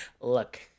look